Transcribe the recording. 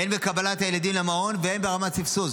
הן בקבלת הילדים למעון והן ברמת סבסוד.